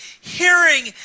hearing